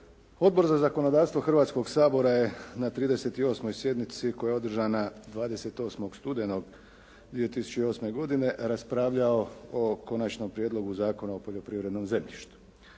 Odbor za zakonodavstvo Hrvatskog sabora je na 38. sjednici koja je održana 28. studenog 2008. godine raspravljao o Konačnom prijedlogu Zakona o poljoprivrednom zemljištu.